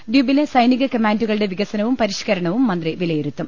ദ്വീപിലെ സൈനിക കമാൻഡുകളുടെ വികസനവും പരിഷ്കരണവും മന്ത്രി വിലയിരുത്തും